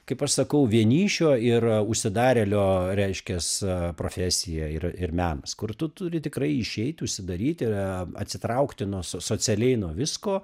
kaip aš sakau vienišio yra užsidarėlio reiškias profesija ir ir menas kur tu turi tikrai išeiti užsidaryti a atsitraukti nuo so socialiai nuo visko